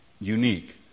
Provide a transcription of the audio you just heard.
unique